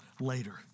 later